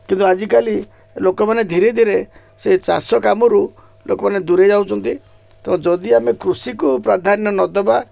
କିନ୍ତୁ ଆଜିକାଲି ଲୋକମାନେ ଧୀରେ ଧୀରେ ସେ ଚାଷ କାମରୁ ଲୋକମାନେ ଦୂରେଇ ଯାଉଛନ୍ତି ତ ଯଦି ଆମେ କୃଷିକୁ ପ୍ରାଧାନ୍ୟ ନଦେବା